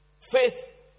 Faith